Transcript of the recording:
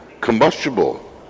combustible